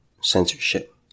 Censorship